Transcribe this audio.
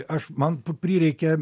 aš man p prireikė